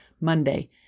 Monday